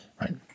right